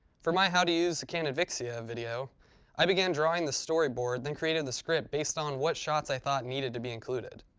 for my how to use a canon vixia video i began drawing the storyboard, then created the script based on what shots i thought needed to be included.